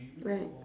right